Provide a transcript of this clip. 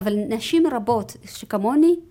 אבל נשים רבות שכמוני